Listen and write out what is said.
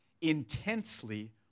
intensely